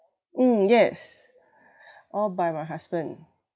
mm yes all by my husband